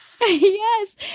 Yes